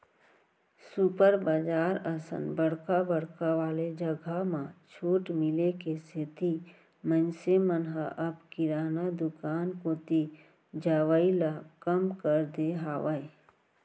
super बजार असन बड़का बड़का वाले जघा म छूट मिले के सेती मनसे मन ह अब किराना दुकान कोती जवई ल कम कर दे हावय